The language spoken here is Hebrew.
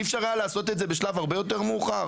אי אפשר היה לעשות את זה בשלב הרבה יותר מאוחר?